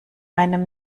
einem